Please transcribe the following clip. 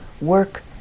work